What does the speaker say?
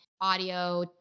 audio